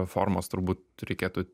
formos turbūt reikėtų